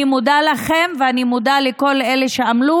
אני מודה לכם ואני מודה לכל אלה שעמלו